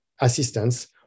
assistance